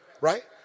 Right